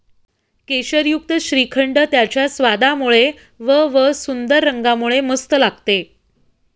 केशरयुक्त श्रीखंड त्याच्या स्वादामुळे व व सुंदर रंगामुळे मस्त लागते